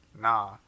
nah